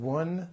one